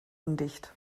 undicht